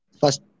first